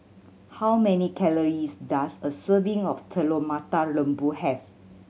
how many calories does a serving of Telur Mata Lembu have